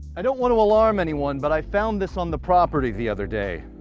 i don't want to alarm anyone but i found this on the property the other day.